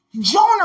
Jonah